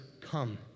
come